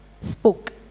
spoke